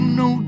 no